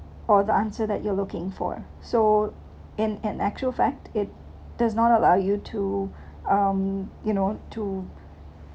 or the answer that you are looking for so in in an actual fact it does not allow you to um you know to